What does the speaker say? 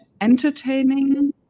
entertaining